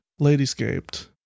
Ladyscaped